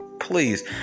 please